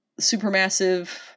supermassive